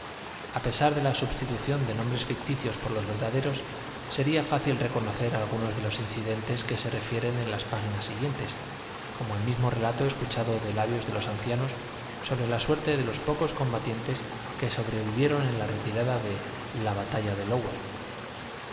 a pesar de la substitución de nombres ficticios por los verdaderos será fácil reconocer algunos de los incidentes que se refieren en las páginas siguientes como el mismo relato escuchado de labios de los ancianos sobre la suerte de los pocos combatientes que sobrevivieron en la retirada de la batalla de